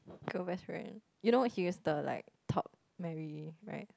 girl best friend you know he is the like top marry right